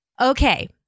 Okay